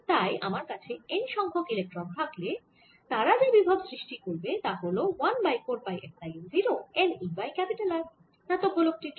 তাই আমার কাছে n সংখ্যক ইলেক্ট্রন থাকলেতারা যা বিভব v সৃষ্টি করবে তা হল 1 by 4 pi epsilon 0 n e by R ধাতব গোলকের জন্য